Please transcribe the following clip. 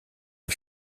der